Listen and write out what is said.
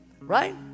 Right